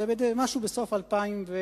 זה משהו בסוף 2010,